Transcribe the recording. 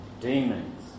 demons